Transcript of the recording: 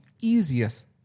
easiest